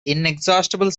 inexhaustible